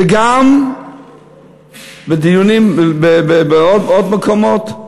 וגם מדיונים בעוד מקומות,